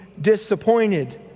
disappointed